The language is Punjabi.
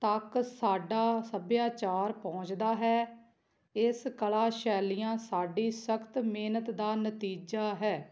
ਤੱਕ ਸਾਡਾ ਸੱਭਿਆਚਾਰ ਪਹੁੰਚਦਾ ਹੈ ਇਸ ਕਲਾ ਸ਼ੈਲੀਆਂ ਸਾਡੀ ਸਖਤ ਮਿਹਨਤ ਦਾ ਨਤੀਜਾ ਹੈ